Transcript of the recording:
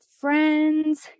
friends